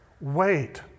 wait